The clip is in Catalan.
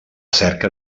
cerca